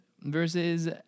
versus